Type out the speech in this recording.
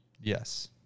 Yes